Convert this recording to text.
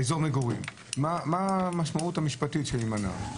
באזור מגורי, מה המשמעות המשפטית של להימנע.